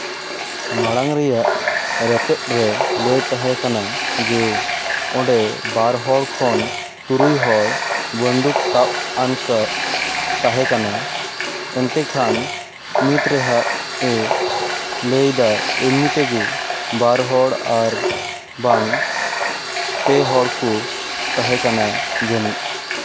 ᱢᱟᱲᱟᱝ ᱨᱮᱭᱟᱜ ᱨᱮᱛᱮᱫ ᱨᱮ ᱞᱟᱹᱭ ᱛᱟᱦᱮᱸ ᱠᱟᱱᱟ ᱡᱮ ᱚᱸᱰᱮ ᱵᱟᱨᱦᱚᱲ ᱠᱷᱚᱱ ᱛᱩᱨᱩᱭ ᱦᱚᱲ ᱵᱚᱱᱫᱷᱩᱠ ᱥᱟᱵ ᱟᱱ ᱠᱚ ᱛᱟᱦᱮᱸ ᱠᱟᱱᱟ ᱮᱱᱛᱮ ᱠᱷᱟᱱ ᱱᱤᱛ ᱨᱮᱦᱟᱸᱜ ᱮ ᱞᱟᱹᱭᱫᱟ ᱮᱢᱱᱤ ᱛᱮᱜᱮ ᱵᱟᱨ ᱦᱚᱲ ᱟᱨ ᱵᱟᱝ ᱯᱮ ᱦᱚᱲ ᱠᱚ ᱛᱟᱦᱮᱸ ᱠᱟᱱᱟ ᱡᱟᱹᱱᱤᱡ